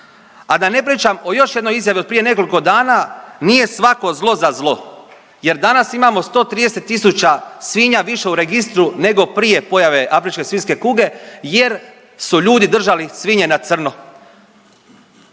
A da ne pričam o još jednoj izjavi od prije nekolko dana, nije svako zlo za zlo jer danas imamo 130.000 svinja više u registru nego prije pojave afričke svinjske kuge jer su ljudi držali svinje na crno.